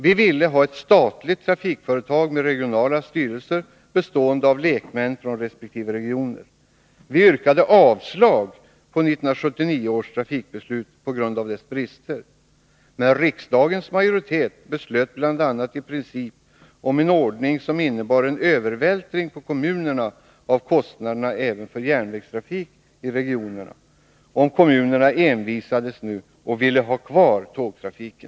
Vi ville ha ett statligt trafikföretag med regionala styrelser, bestående av lekmän från resp. regioner. Vi yrkade avslag på 1979 års trafikbeslut på grund av dess brister. Men riksdagens majoritet beslöt i princip bl.a. om en ordning som innebar en övervältring på kommunerna av kostnaderna även för järnvägstrafik i Nr 139 regionerna— om kommunerna envisades och ville ha kvar tågtrafiken.